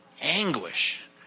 anguish